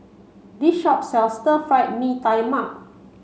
this shop sells Stir Fried Mee Tai Mak